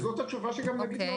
תודה.